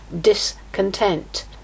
discontent